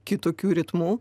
kitokiu ritmu